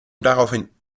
daraufhin